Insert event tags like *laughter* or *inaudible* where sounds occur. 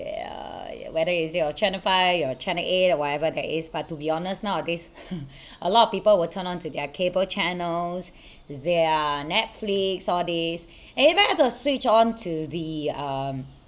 uh whether is it your channel five your channel eight or whatever that is but to be honest nowadays *laughs* a lot of people will turn on to their cable channels *breath* their Netflix all these *breath* and even have to switch on to the um